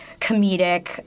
comedic